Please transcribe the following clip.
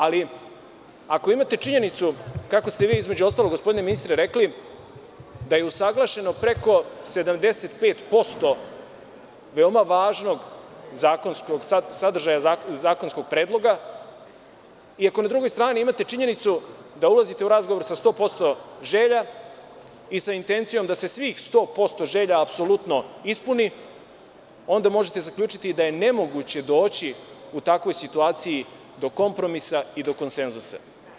Ako imate činjenicu, kako ste vi, između ostalog, gospodine ministre, rekli, da je usaglašeno preko 75% veoma važnog sadržaja zakonskog predloga i ako na drugoj strani imate činjenicu da uzlazite u razgovor sa 100% želja i sa intencijom da se svih 100% želja apsolutno ispuni, onda možete zaključiti da je nemoguće doći u takvoj situaciji do kompromisa i do konsenzusa.